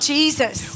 Jesus